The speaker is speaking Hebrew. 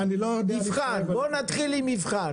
בוא נתחיל עם יבחן.